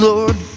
Lord